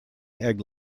egg